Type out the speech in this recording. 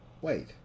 Wait